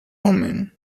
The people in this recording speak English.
omen